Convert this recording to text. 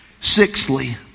Sixthly